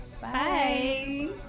Bye